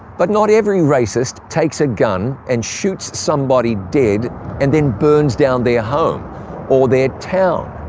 but not every racist takes a gun and shoots somebody dead and then burns down their home or their town.